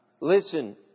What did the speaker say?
listen